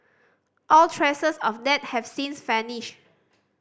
all traces of that have since vanished